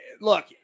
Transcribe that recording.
look